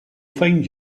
find